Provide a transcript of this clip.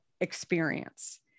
experience